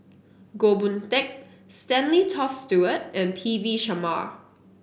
Goh Boon Teck Stanley Toft Stewart and P V Sharma